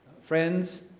Friends